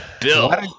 bill